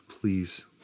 please